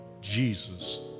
Jesus